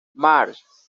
march